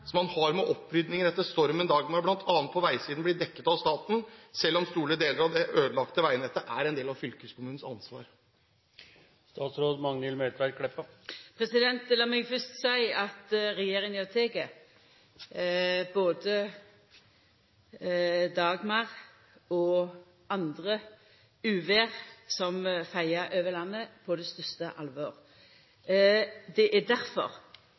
man har med opprydning etter stormen Dagmar, bl.a. på veisiden, blir dekket av staten – selv om store deler av det ødelagte veinettet er en del av fylkeskommunens ansvar? Lat meg fyrst seia at regjeringa tek både Dagmar og andre uvêr som feiar over landet, på største alvor. Det er